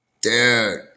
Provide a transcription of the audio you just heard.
Dude